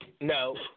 No